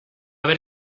ver